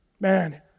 Man